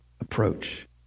approach